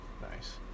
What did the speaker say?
Nice